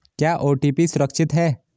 क्या ओ.टी.पी सुरक्षित है?